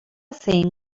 zein